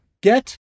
get